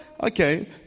Okay